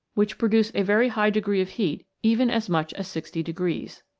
which pro duce a very high degree of heat even as much as sixty degrees.